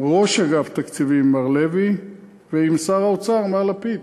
עם ראש אגף תקציבים מר לוי ועם שר האוצר מר לפיד.